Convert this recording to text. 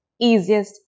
easiest